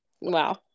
wow